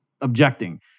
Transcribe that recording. objecting